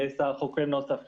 חוקרים.